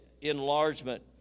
enlargement